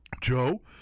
Joe